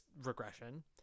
regression